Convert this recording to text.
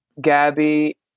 Gabby